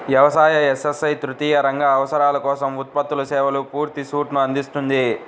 వ్యవసాయ, ఎస్.ఎస్.ఐ తృతీయ రంగ అవసరాల కోసం ఉత్పత్తులు, సేవల పూర్తి సూట్ను అందిస్తుంది